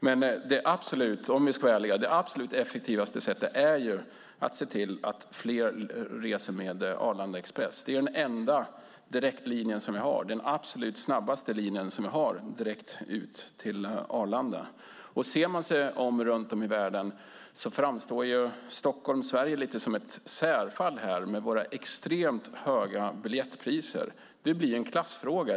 Men ärligt talat: Det absolut effektivaste sättet är att se till att fler reser med Arlanda Express - den enda direktlinjen och den snabbaste linjen direkt ut till Arlanda. Sett till hur det är runt om i världen framstår Stockholm och Sverige här lite grann som ett särfall med våra extremt höga biljettpriser. Det hela blir en klassfråga.